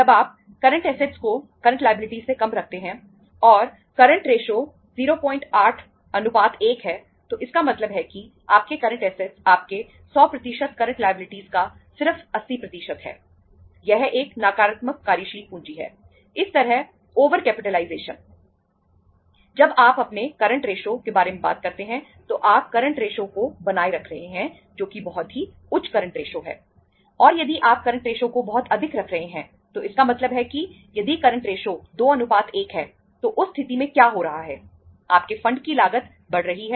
जब आप current assets को बनाए रख रहे हैं जो कि बहुत ही उच्च करंट रेशो है